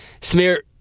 smear